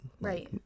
Right